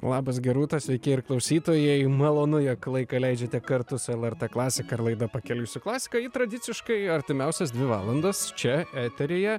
labas gerūta sveiki ir klausytojai malonu jog laiką leidžiate kartu su lrt klasika laida pakeliui su klasika ji tradiciškai artimiausias dvi valandas čia eteryje